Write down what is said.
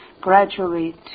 gradually